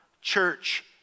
church